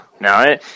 No